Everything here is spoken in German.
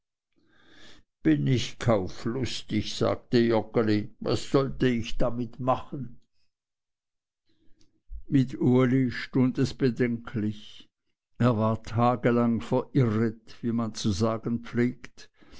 bin nicht kauflustig sagte joggeli was sollte ich damit machen mit uli stund es bedenklich er war tagelang verirret wie man zu sagen pflegt